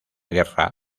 guerra